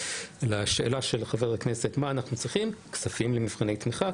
לשאלת חבר הכנסת מה אנחנו צריכים כספים למבחני תמיכה.